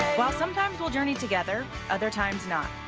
while sometimes we'll journey together, other times not,